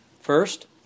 first